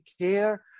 care